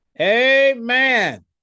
amen